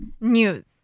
News